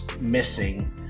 missing